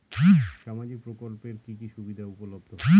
সামাজিক প্রকল্প এর কি কি সুবিধা উপলব্ধ?